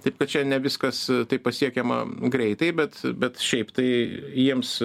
taip kad čia ne viskas taip pasiekiama greitai bet bet šiaip tai jiems